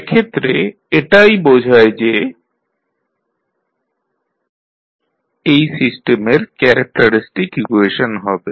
সেক্ষেত্রে এটাই বোঝায় যে sI A0 এই সিস্টেমের ক্যারেক্টারিস্টিক ইকুয়েশন হবে